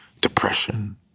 depression